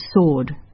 sword